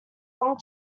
long